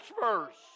first